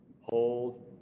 Hold